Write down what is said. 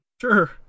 Sure